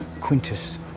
Quintus